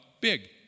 big